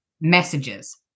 messages